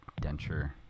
denture